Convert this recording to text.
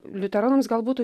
liuteronams gal būtų